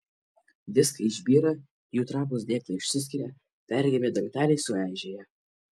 diskai išbyra jų trapūs dėklai išsiskiria perregimi dangteliai sueižėja